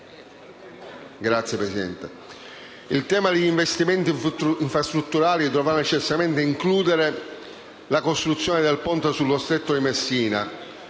Il tema degli investimenti infrastrutturali dovrà necessariamente includere la costruzione del ponte sullo stretto di Messina,